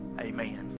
Amen